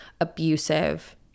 abusive